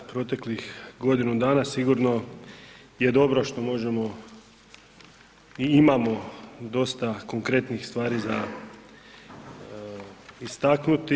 Proteklih godinu dana sigurno je dobro što možemo i imamo dosta konkretnih stvari za istaknuti.